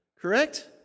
Correct